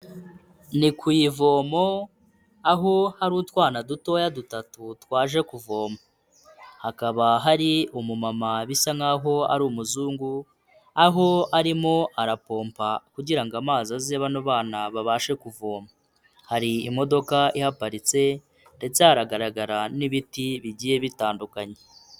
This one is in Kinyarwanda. Ni ku ivomo, aho hari utwana dutoya dutatu twaje kuvoma, hakaba hari umumama bisa nk'aho ari umuzungu aho arimo arapompa kugira ngo amazi aze bano bana babashe kuvoma, hari imodoka iparitse ndetse haragaragara n'ibiti bigiye bitandukanye.